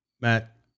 Matt